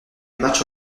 matchs